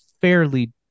fairly